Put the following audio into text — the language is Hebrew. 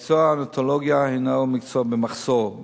מקצוע הנאונטולוגיה הינו מקצוע במחסור.